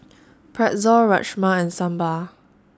Pretzel Rajma and Sambar